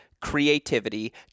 creativity